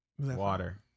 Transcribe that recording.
water